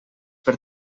per